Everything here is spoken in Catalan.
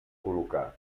col·locar